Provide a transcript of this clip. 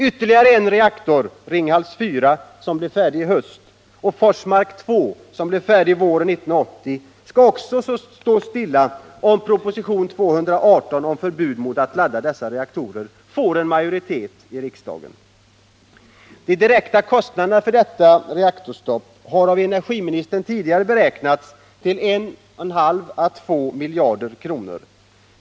Ytterligare två reaktorer, Ringhals 4, som blir färdig i höst, och Forsmark 2, som blir färdig våren 1980, skall också stå stilla, om propositionen 218 om förbud mot att ladda dessa reaktorer får en majoritet i riksdagen. De direkta kostnaderna för detta reaktorstopp har av energiministern tidigare beräknats till 1,5 å 2 miljarder kronor.